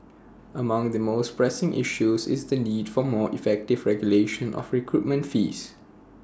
among the most pressing issues is the need for more effective regulation of recruitment fees